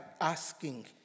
asking